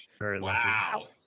wow